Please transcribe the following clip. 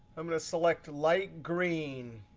i'm going to select light green.